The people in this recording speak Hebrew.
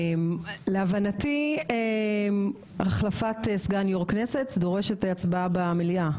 -- להבנתי החלפת סגן יו"ר כנסת דורשת הצבעה במליאה.